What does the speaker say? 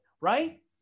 right